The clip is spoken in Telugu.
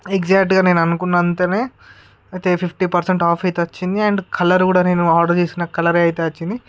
ఎక్సక్ట్గా నేను అనుకున్నంతనే అయితే ఫిఫ్టీ పర్సెంట్ ఆఫ్ అయితే వచ్చింది కలర్ కూడా నేను ఆర్డర్ చేసిన కలర్ అయితే వచ్చింది